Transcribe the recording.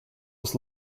was